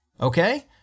Okay